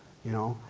you know?